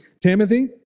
Timothy